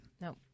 No